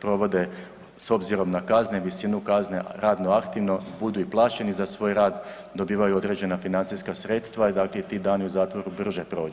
provode s obzirom na kazne, visinu kazne radno aktivno budu i plaćeni za svoj rad, dobivaju određena financijska sredstva i dakle ti dani u zatvoru brže prođu.